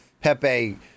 Pepe